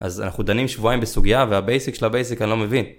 אז אנחנו דנים שבועיים בסוגיה והבייסיק של הבייסיק אני לא מבין.